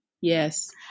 Yes